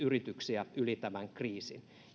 ja se siis